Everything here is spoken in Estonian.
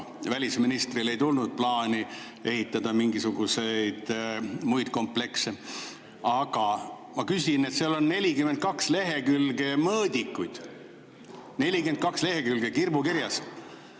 Välisministril ei tulnud [mõtet] ehitada mingisuguseid muid komplekse. Aga ma küsin selle kohta, et seal on 42 lehekülge mõõdikuid, 42 lehekülge kirbukirjas,